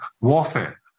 warfare